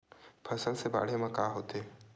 फसल से बाढ़े म का होथे?